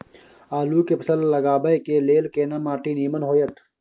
आलू के फसल लगाबय के लेल केना माटी नीमन होयत?